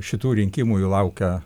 šitų rinkimų jų laukia